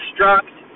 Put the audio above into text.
construct